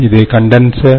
இது கண்டன்சர்